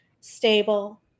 stable